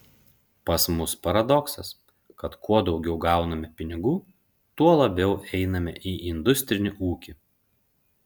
pas mus paradoksas kad kuo daugiau gauname pinigų tuo labiau einame į industrinį ūkį